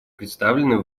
представлены